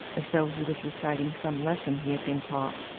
as though he was reciting some lesson he had been taught.